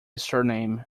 surname